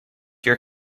your